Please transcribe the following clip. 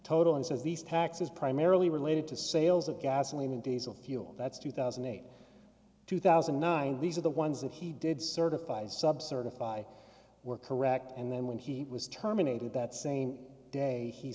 says these taxes primarily related to sales of gasoline and diesel fuel that's two thousand and eight two thousand and nine these are the ones that he did certified sub certify were correct and then when he was terminated that same day he